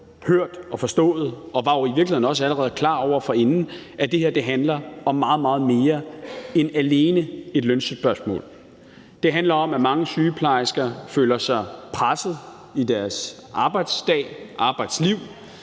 hørt og forstået og var jo i virkeligheden også allerede klar over forinden, at det handler om meget, meget mere end alene et lønspørgsmål. Det handler om, at mange sygeplejersker føler sig presset i deres arbejdsdag, arbejdsliv.